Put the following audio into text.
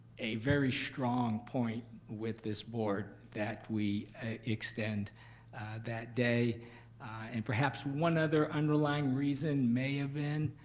a very strong point with this board that we extend that day and perhaps one other underlying reason may have been